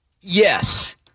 Yes